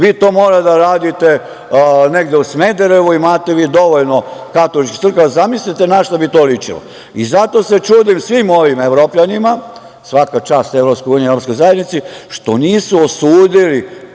vi to morate da radite negde u Smederevu, imate vi dovoljno katoličkih crkava. Zamislite na šta bi to ličilo i zato se čudim svim ovim Evropljanima, svaka čast EU, evropskoj